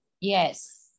yes